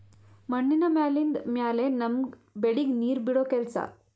ಮಣ್ಣಿನ ಮ್ಯಾಲಿಂದ್ ಮ್ಯಾಲೆ ನಮ್ಮ್ ಬೆಳಿಗ್ ನೀರ್ ಬಿಡೋ ಕೆಲಸಾ